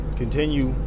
continue